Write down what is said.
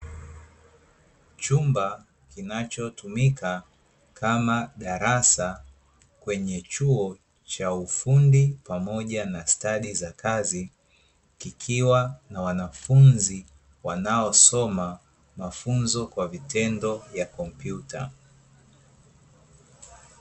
Chumba kinachotumika kama darasa kwenye chuo cha ufundi, pamoja na stadi za kazi kikiwa na wanafunzi wanaosoma mafunzo kwa vitendo ya kompyuta.